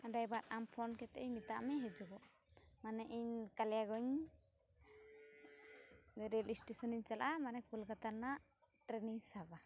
ᱦᱮᱸ ᱰᱟᱭᱵᱟ ᱟᱢ ᱯᱷᱳᱱ ᱠᱟᱛᱮᱫ ᱤᱧ ᱢᱮᱛᱟᱫ ᱢᱮ ᱦᱤᱡᱩᱜ ᱢᱟᱱᱮ ᱤᱧ ᱠᱟᱞᱤᱭᱟᱜᱚᱸᱡᱽ ᱨᱮᱹᱞ ᱤᱥᱴᱮᱥᱚᱱᱤᱧ ᱪᱟᱞᱟᱜᱼᱟ ᱠᱳᱞᱠᱟᱛᱟ ᱨᱮᱱᱟᱜ ᱴᱨᱮᱹᱱᱤᱧ ᱥᱟᱵᱟ